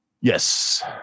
Yes